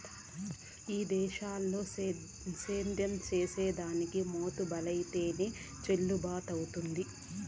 ఈ దేశంల సేద్యం చేసిదానికి మోతుబరైతేనె చెల్లుబతవ్వుతాది